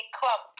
club